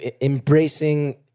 embracing